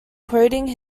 quoting